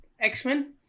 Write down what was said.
X-Men